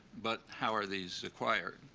but how are these acquired?